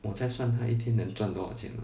我才算他一天能赚多少钱吗